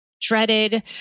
dreaded